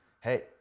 hey